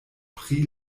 pri